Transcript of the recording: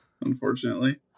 Unfortunately